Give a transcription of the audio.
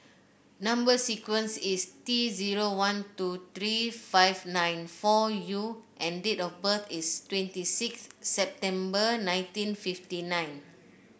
number sequence is T zero one two three five nine four U and date of birth is twenty six September nineteen fifty nine